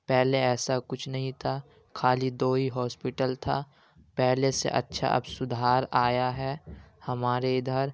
پہلے ایسا کچھ نہیں تھا کھالی دو ہی ہاسپیٹل تھا پہلے سے اچھا سدھار آیا ہے ہمارے ادھر